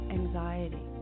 anxiety